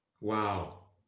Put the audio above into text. Wow